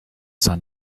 sun